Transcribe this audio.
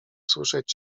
słyszeć